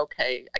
okay